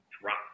Drop